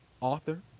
author